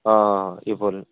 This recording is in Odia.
ହଁ ହଁ ହଁ ଇ ଫୋନ୍